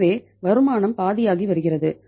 எனவே வருமானம் பாதியாகி வருகிறது